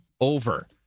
over